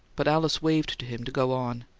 but alice waved to him to go on.